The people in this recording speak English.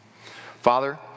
Father